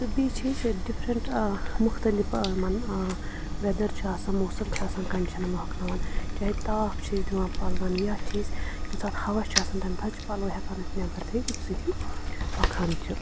تہٕ بیٚیہِ چھِ أسۍ ڈِفرَنٛٹ آ مُختَلِف یِمَن آ وِیٚدر چھِ آسان موسَم چِھ آسان کَنٛڈِشَن یِم ہۄکھناوان چاہِے تاپھ چھِ أسۍ دِوان پَلوَن یا چھِ أسۍ ییٚمہِ ساتہٕ آسہِ ہوا چھِ آسان تَمہِ ساتہٕ چھِ أسۍ پَلَو ہؠکان أسۍ نؠبَر تھٲوِتھ ییٚمہِ سٟتۍ یِم ہۄکھان چھِ